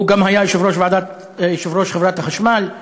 הוא גם היה יושב-ראש חברת החשמל,